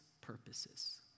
purposes